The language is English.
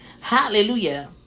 Hallelujah